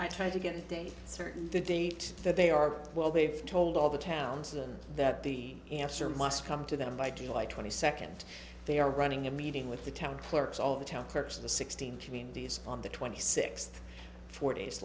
i tried to get a date certain the date that they are well they've told all the towns and that the answer must come to them by july twenty second they are running a meeting with the town clerks all of the town clerks of the sixteen communities on the twenty sixth four days